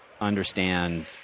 understand